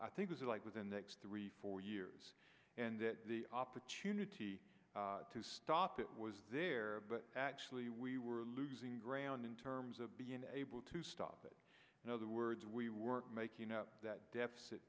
i think this is like within the next three four years and that the opportunity to stop it was there but actually we were losing ground in terms of being able to stop it in other words we weren't making up that deficit